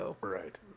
Right